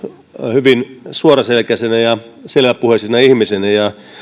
hyvin suoraselkäisenä ja selväpuheisena ihmisenä